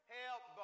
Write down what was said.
help